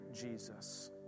Jesus